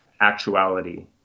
actuality